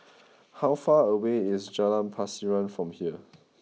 how far away is Jalan Pasiran from here